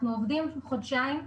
אנחנו עובדים כחודשיים.